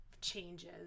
changes